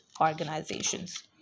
organizations